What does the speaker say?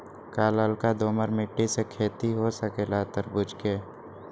का लालका दोमर मिट्टी में खेती हो सकेला तरबूज के?